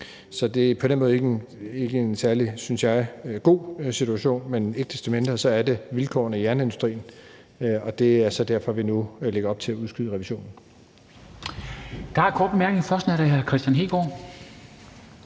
Så det er på den måde ikke en særlig, synes jeg, god situation, men ikke desto mindre er det vilkårene i jernindustrien, og det er så derfor, at vi nu lægger op til udskyde revisionen.